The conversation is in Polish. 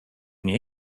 nie